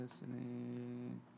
listening